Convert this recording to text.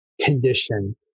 condition